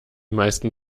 meisten